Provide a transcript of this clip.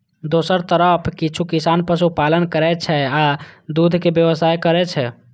दोसर तरफ किछु किसान पशुपालन करै छै आ दूधक व्यवसाय करै छै